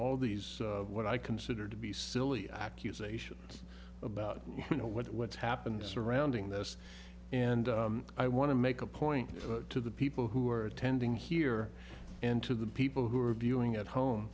all these what i consider to be silly accusations about you know what's happened surrounding this and i want to make a point to the people who are attending here and to the people who are viewing at home